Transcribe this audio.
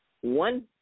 One